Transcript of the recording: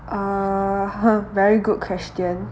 uh very good question